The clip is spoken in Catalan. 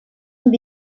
amb